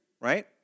right